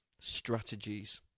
strategies